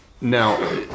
now